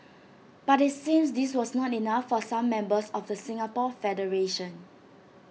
but IT seems this was not enough for some members of the Singapore federation